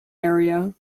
area